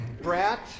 Brat